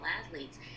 athletes